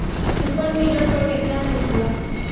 Super seeder पर केतना छूट बा?